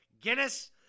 Guinness